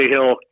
Hill